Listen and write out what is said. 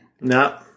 No